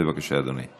(הרכב ועדת שחרורים),